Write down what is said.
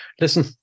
Listen